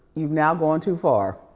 you've now gone too far.